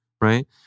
right